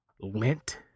lint